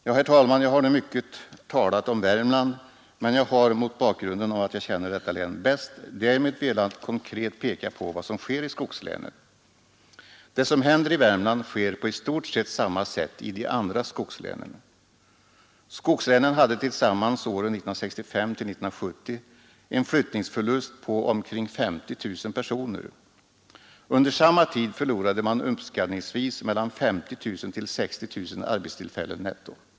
Jag har nu talat mycket om Värmland, men jag har mot bakgrunden av att jag känner detta län bäst därmed velat konkret peka på vad som sker i skogslänen. Det som händer i Värmland sker på i stort sett samma sätt i de andra skogslänen. Skogslänen hade tillsammans under åren 1965-1970 en flyttningsförlust på omkring 50 000 personer. Under samma tid förlorade man uppskattningsvis mellan 50 000 och 60 000 arbetstillfällen netto.